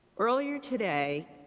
earlier today,